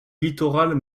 littoral